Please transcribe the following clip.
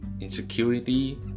insecurity